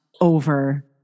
over